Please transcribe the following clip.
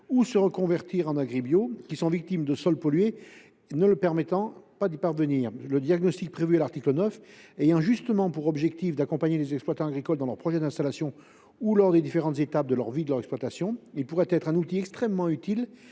ou se reconvertir en agrobiologie, mais qui sont victimes de sols pollués, ce qui les empêche d’y parvenir. Le diagnostic défini au présent article a justement pour objectif d’accompagner les exploitants agricoles dans leurs projets d’installation ou lors des différentes étapes de leur vie et de leur exploitation. Il pourrait donc constituer un outil extrêmement utile